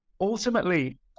ultimately